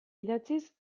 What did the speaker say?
idatziz